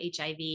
HIV